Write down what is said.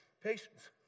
Patience